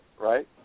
right